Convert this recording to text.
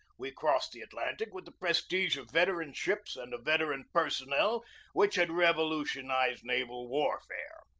we crossed the at lantic with the prestige of veteran ships and a veteran personnel which had revolutionized naval warfare.